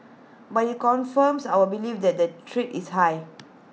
but IT confirms our belief that the threat is high